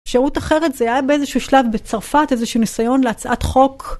אפשרות אחרת זה היה באיזשהו שלב בצרפת, איזשהו ניסיון להצעת חוק.